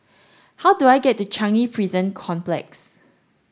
how do I get to Changi Prison Complex